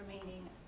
remaining